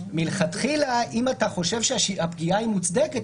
מלכתחילה אם אתה חושב שהפגיעה היא מוצדקת,